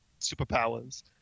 Superpowers